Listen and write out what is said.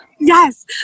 Yes